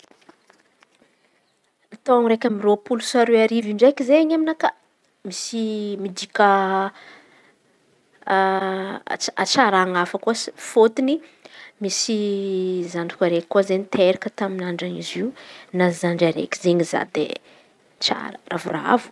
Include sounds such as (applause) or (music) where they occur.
Taôn̈o iraky amby roaplo sy aroa arivo ndraiky izen̈y aminakà. Misy midika (hesitation) hatsarana hafa koa fôtony misy zandriko araiky koa izen̈y teraka tamin'andra izy io. Nahazo zandry araiky izen̈y za de tsara ravoravo.